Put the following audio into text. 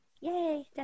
Yay